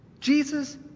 Jesus